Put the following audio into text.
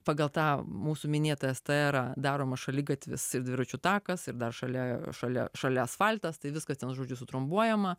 pagal tą mūsų minėtas tą daroma šaligatvis ir dviračių takas ir dar šalia šalia šalia asfaltas tai viskas ten žodžiu sutrumbuojema